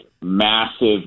massive